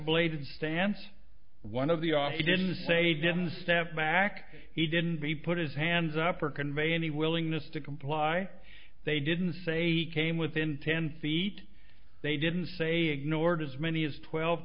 blade stance one of the off he didn't say didn't step back he didn't be put his hands up or convey any willingness to comply they didn't say he came within ten feet they didn't say ignored as many as twelve